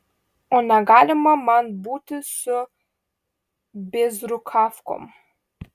o negalima man būti su bėzrukavkom